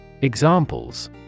Examples